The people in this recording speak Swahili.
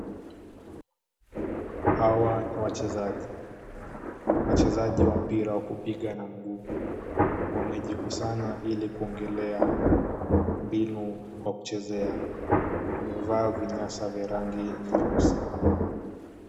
Hawa ni wachezaji. Wachezaji wa mpira wa kupiga na mguu. Wamejikusanya ili kuongelea mbinu wa kuchezea. Wamevaa vinyasa vya rangi nyeusi.